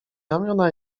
ramiona